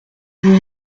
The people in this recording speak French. vous